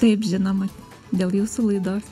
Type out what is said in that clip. taip žinoma dėl jūsų laidos